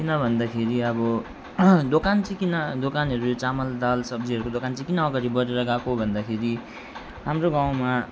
किन भन्दाखेरि अब दोकान चाहिँ किन दोकानहरू चामल दाल सब्जीहरूको दोकान चाहिँ किन अगाडि बढेर गएको भन्दाखेरि हाम्रो गाउँमा